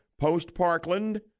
post-Parkland